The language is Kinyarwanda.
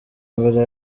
mbere